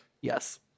Yes